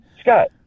Scott